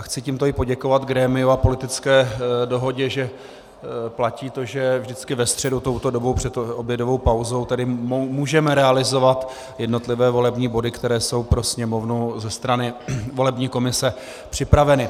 Chci tímto i poděkovat grémiu a politické dohodě, že platí to, že vždycky ve středu touto dobou před obědovou pauzou tady můžeme realizovat jednotlivé volební body, které jsou pro Sněmovnu ze strany volební komise připraveny.